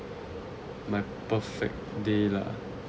my perfect day lah